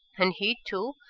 and he, too,